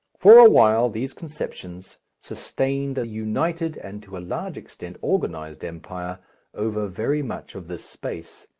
for awhile these conceptions sustained a united and to a large extent organized empire over very much of this space.